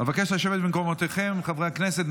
אבקש לשבת במקומותיכם, חברי הכנסת.